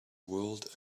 world